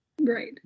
right